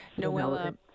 Noella